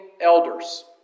elders